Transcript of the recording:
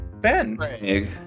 Ben